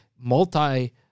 multi